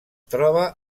troba